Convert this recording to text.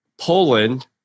Poland